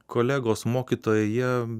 kolegos mokytojai jie